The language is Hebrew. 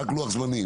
רק לוח זמנים,